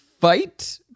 fight